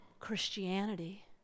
Christianity